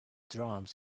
drums